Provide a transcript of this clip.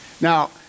Now